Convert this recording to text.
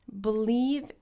believe